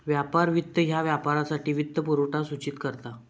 व्यापार वित्त ह्या व्यापारासाठी वित्तपुरवठा सूचित करता